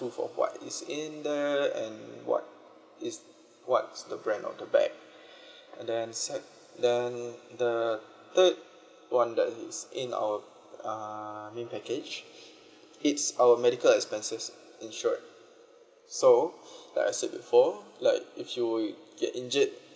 proof for what is in there and what is what's the brand of the bag and then set then the third one that is in our uh main package it's our medical expenses insured so like I said before like if you get injured